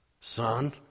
Son